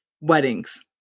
weddings